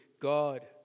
God